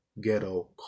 ghetto